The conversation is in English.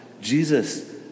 Jesus